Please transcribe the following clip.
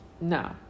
no